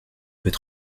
peut